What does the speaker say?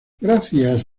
gracias